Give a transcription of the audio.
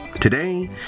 Today